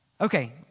Okay